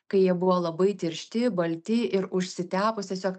kai jie buvo labai tiršti balti ir užsitepus tiesiog